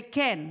וכן,